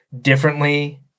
differently